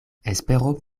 espero